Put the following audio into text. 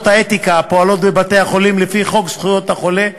האתיקה הפועלות בבתי-החולים לפי חוק זכויות החולה,